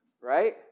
Right